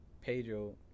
Pedro